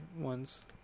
ones